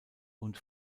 und